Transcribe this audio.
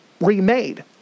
remade